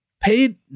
Paid